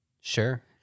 Sure